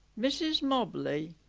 mrs mobley,